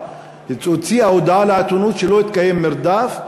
והוציאה הודעה לעיתונות שלא התקיים מרדף.